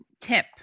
tip